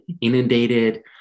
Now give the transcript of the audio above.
inundated